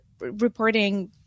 reporting